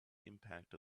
impact